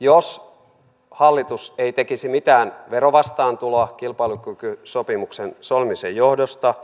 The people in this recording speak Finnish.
jos hallitus ei tekisi mitään verovastaantuloa kilpailukykysopimuksen solmimisen johdosta